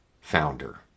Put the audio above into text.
founder